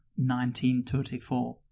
1934